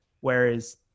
Whereas